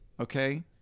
okay